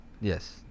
yes